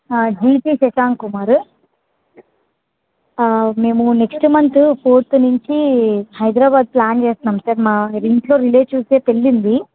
GC Shashank Kumar మేము next month fourth నుంచి Hyderabad plan చేస్తున్నాం సార్ మా ఇంట్లో రిలేటివ్స్దే పెళ్ళుంది